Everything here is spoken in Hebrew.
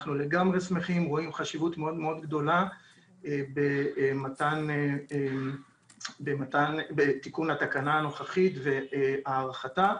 אנחנו רואים חשיבות מאוד-מאוד גדולה בתיקון התקנה הנוכחית והארכתה.